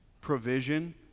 provision